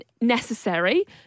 necessary